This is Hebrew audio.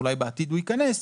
אולי בעתיד הוא ייכנס,